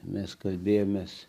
mes kalbėjomės